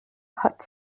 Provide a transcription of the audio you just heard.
hot